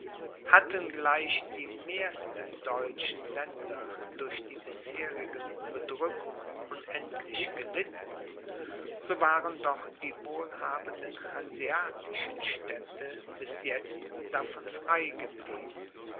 hatten gleich die mehrsten deutschen länder durch die bisherigen bedrückungen unendlich gelitten so waren doch die wohlhabenden hanseatischen städte bis jetzt davon frei geblieben